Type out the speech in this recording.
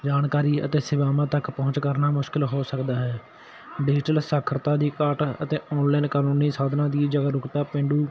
ਜਾਣਕਾਰੀ ਅਤੇ ਸੇਵਾਵਾਂ ਤੱਕ ਪਹੁੰਚ ਕਰਨਾ ਮੁਸ਼ਕਲ ਹੋ ਸਕਦਾ ਹੈ ਡਿਜੀਟਲ ਸਾਖਰਤਾ ਦੀ ਘਾਟ ਅਤੇ ਔਨਲਾਈਨ ਕਾਨੂੰਨੀ ਸਾਧਨਾਂ ਦੀ ਜਾਗਰੂਕਤਾ ਪੇਂਡੂ